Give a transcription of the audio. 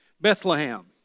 Bethlehem